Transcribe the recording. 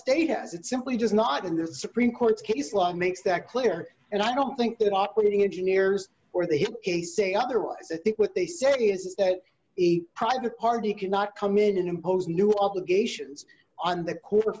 state has it simply does not and the supreme court's case law makes that clear and i don't think that operating engineers or they have a say otherwise i think what they see is that the private party cannot come in and impose new obligations on the co